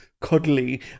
cuddly